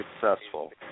successful